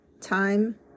time